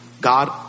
God